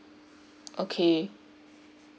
okay